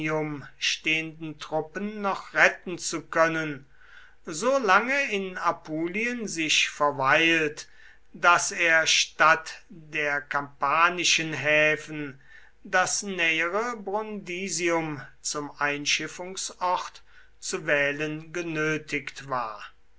stehenden truppen noch retten zu können so lange in apulien sich verweilt daß er statt der kampanischen häfen das nähere brundisium zum einschiffungsort zu wählen genötigt war